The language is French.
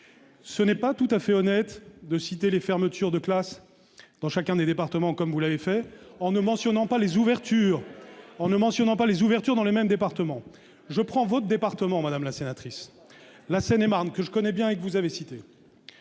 ce n'est pas tout à fait honnête de citer les fermetures de classes dans chacun des départements, comme vous l'avez fait en ne mentionnant pas les ouvertures en ne mentionnant pas les ouvertures dans le même département, je prends votre département, Madame la sénatrice, la Seine-et-Marne, que je connais bien et que vous avez cité